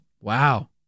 Wow